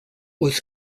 was